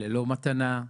ללא מתנה,